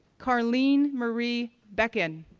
carlene marie bechen,